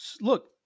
look